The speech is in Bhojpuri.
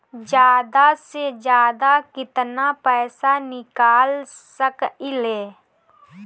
जादा से जादा कितना पैसा निकाल सकईले?